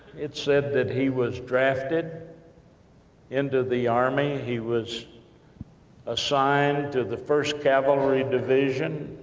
it said that he was drafted into the army. he was assigned to the first cavalry division,